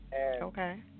Okay